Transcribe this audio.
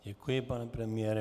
Děkuji, pane premiére.